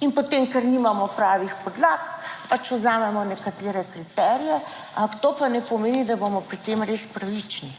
In potem, ker nimamo pravih podlag, pač vzamemo nekatere kriterije, ampak to pa ne pomeni, da bomo pri tem res pravični.